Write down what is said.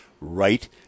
right